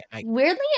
Weirdly